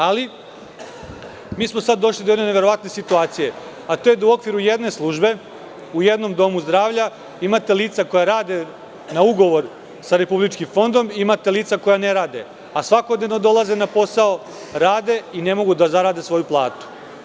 Ali, mi smo sad došli do jedne neverovatne situacije, a to je da u okviru jedne službe, u jednom domu zdravlja, imate lica koja rade na ugovor sa Republičkim fondom, imate lica koja ne rade, a svakodnevno dolaze na posao, rade i ne mogu da zarade svoju platu.